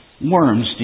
worms